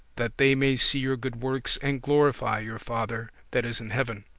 that they may see your good works, and glorify your father that is in heaven.